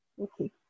Okay